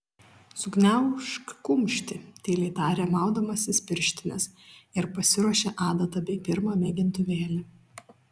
sugniaužk kumštį tyliai tarė maudamasis pirštines ir pasiruošė adatą bei pirmą mėgintuvėlį